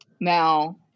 Now